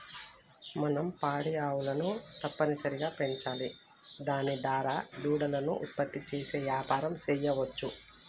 మనం పాడి ఆవులను తప్పనిసరిగా పెంచాలి దాని దారా దూడలను ఉత్పత్తి చేసి యాపారం సెయ్యవచ్చు